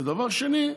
דבר שני,